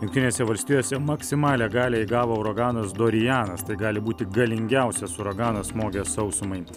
jungtinėse valstijose maksimalią galią įgavo uraganas dorianas tai gali būti galingiausias uraganas smogęs sausumai